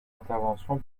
intervention